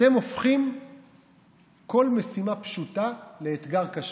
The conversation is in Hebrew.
אתם הופכים כל משימה פשוטה לאתגר קשה.